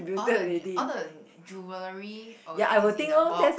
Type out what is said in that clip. all the all the jewelry oh wait it's in a box